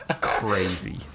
crazy